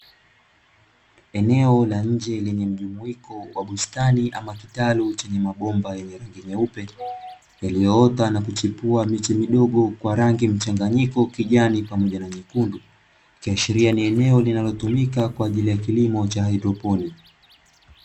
Eneo la nje yenye mzunguko wa bustani ama kitalu nchini mabumba yenye meupe iliyoota na kuchipua miti midogo kwa rangi mchanganyiko kijani pamoja na nyekundu kiashiria ni eneo linalotumika kwa ajili ya kilimo cha "hydroponic".